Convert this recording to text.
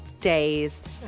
days